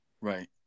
Right